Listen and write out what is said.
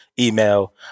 Email